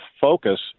focus